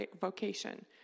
vocation